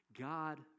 God